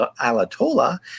Alatola